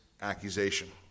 accusation